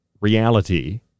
reality